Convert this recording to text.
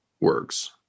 works